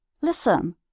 Listen